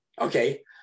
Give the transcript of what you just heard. okay